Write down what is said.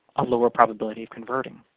a lower probability of converting.